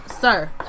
Sir